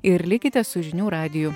ir likite su žinių radiju